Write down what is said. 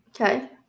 Okay